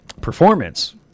performance